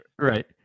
Right